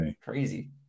crazy